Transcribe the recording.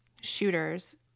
shooters